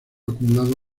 acumulado